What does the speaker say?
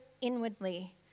inwardly